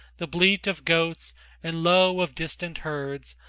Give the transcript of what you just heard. the bleat of goats and low of distant herds,